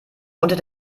unter